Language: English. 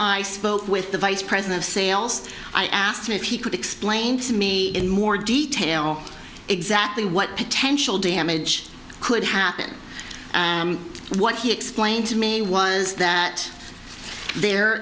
i spoke with the vice president of sales i asked him if he could explain to me in more detail exactly what potential damage could happen what he explained to me was that there